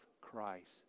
Christ